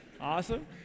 Awesome